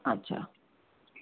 अच्छा